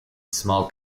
small